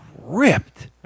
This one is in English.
ripped